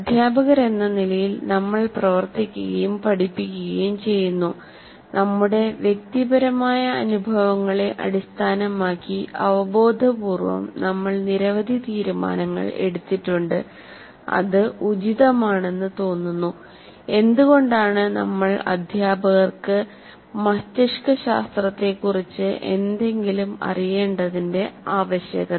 അധ്യാപകരെന്ന നിലയിൽ നമ്മൾ പ്രവർത്തിക്കുകയും പഠിപ്പിക്കുകയും ചെയ്യുന്നു നമ്മുടെ വ്യക്തിപരമായ അനുഭവങ്ങളെ അടിസ്ഥാനമാക്കി അവബോധപൂർവ്വം നമ്മൾ നിരവധി തീരുമാനങ്ങൾ എടുത്തിട്ടുണ്ട് അത് ഉചിതമാണെന്ന് തോന്നുന്നു എന്തുകൊണ്ടാണ് നമ്മൾ അധ്യാപകർക്ക് മസ്തിഷ്ക ശാസ്ത്രത്തെക്കുറിച്ച് എന്തെങ്കിലും അറിയേണ്ടതിന്റെ ആവശ്യകത